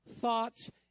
thoughts